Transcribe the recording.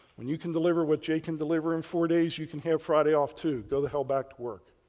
when you can deliver what jake can deliver in four days, you can have friday off too. go the hell back to work.